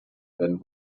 werden